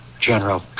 General